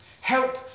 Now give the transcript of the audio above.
help